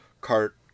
cart